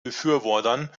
befürwortern